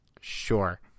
Sure